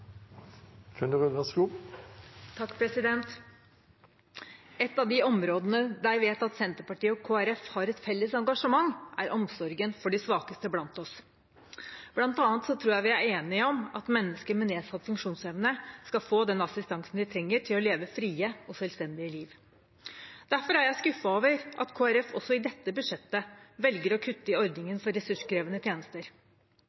Et av de områdene der jeg vet at Senterpartiet og Kristelig Folkeparti har et felles engasjement, er omsorgen for de svakeste blant oss. Blant annet tror jeg vi er enige om at mennesker med nedsatt funksjonsevne skal få den assistansen de trenger til å leve et fritt og selvstendig liv. Derfor er jeg skuffet over at Kristelig Folkeparti også i dette budsjettet velger å kutte i